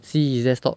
see his desktop